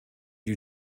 you